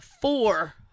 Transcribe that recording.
four